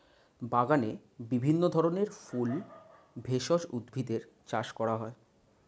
বাগানে বিভিন্ন ধরনের ফুল, ভেষজ উদ্ভিদের চাষ করা হয়